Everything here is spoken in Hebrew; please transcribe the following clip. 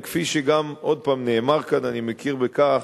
וכפי שגם עוד פעם נאמר כאן, אני מכיר בכך